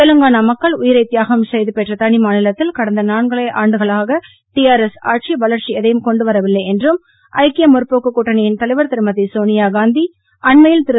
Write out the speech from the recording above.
தெலுங்கானா மக்கள் உயிரை தியாகம் செய்து பெற்ற தனி மாநிலத்தில் கடந்த நாலரை ஆண்டு கால டிஆர்எஸ் ஆட்சி வளர்ச்சி எதையும் கொண்டு வரவில்லை என்றும் ஐக்கிய முற்போக்கு கூட்டணியின் தலைவர் திருமதி சோனியாகாந்தி அண்மையில் திரு